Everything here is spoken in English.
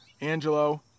angelo